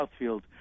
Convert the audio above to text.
Southfield